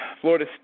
Florida